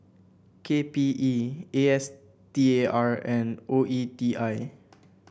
K P E A S T A R and O E T I